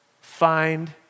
find